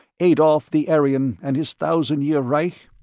adolf the aryan and his thousand year reich?